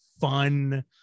fun